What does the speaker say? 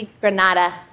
Granada